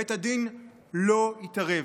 בית הדין לא יתערב.